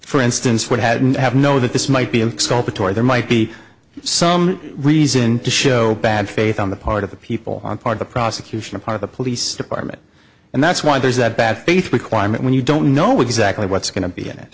for instance would hadn't have know that this might be exculpatory there might be some reason to show bad faith on the part of the people on part of the prosecution of part of the police department and that's why there's that bad faith requirement when you don't know exactly what's going to be in it